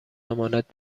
امانت